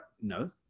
no